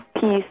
Peace